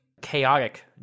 Chaotic